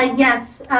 ah yes.